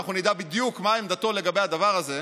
אנחנו נדע בדיוק מה עמדתו לגבי הדבר הזה,